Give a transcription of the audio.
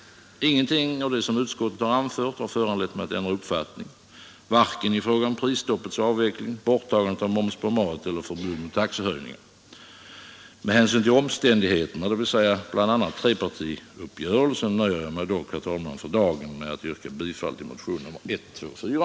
Ingenting av det som utskottet anfört har föranlett mig att ändra uppfattning, varken i fråga om prisstoppets avveckling, borttagandet av moms på mat eller förbud mot vissa taxehöjningar. Med hänsyn till omständighetern, dvs. bl.a. trepartiuppgörelsen, nöjer jag mig dock för dagen med att yrka bifall till motionen 124.